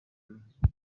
gashyantare